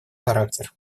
характер